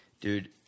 dude